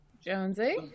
jonesy